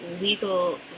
legal